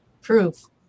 proof